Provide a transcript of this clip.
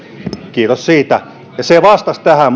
kiitos siitä ja se vastasi tähän